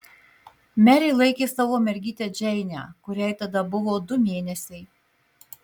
merė laikė savo mergytę džeinę kuriai tada buvo du mėnesiai